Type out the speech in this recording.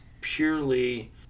purely